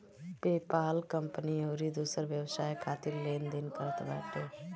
PayPal company अउरी दूसर व्यवसाय खातिर लेन देन करत बाटे